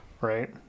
right